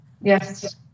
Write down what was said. Yes